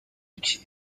کیه